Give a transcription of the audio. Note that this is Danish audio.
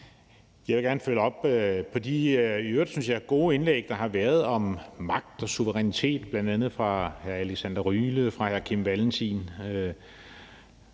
Jeg vil gerne følge op på de i øvrigt gode indlæg, synes jeg, der har været om magt og suverænitet, bl.a. fra hr. Alexander Ryle og hr. Kim Valentin.